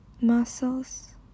muscles